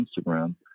Instagram